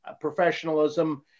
professionalism